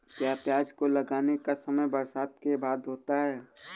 क्या प्याज को लगाने का समय बरसात के बाद होता है?